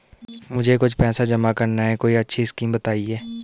मुझे कुछ पैसा जमा करना है कोई अच्छी स्कीम बताइये?